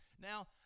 Now